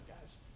guys